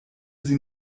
sie